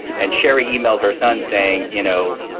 and sherry emailed her son saying, you know,